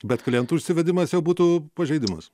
bet klientų išsivedimas jau būtų pažeidimas